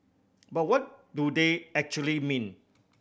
but what do they actually mean